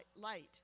light